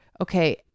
Okay